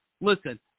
Listen